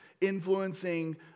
influencing